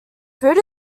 food